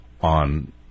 on